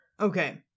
Okay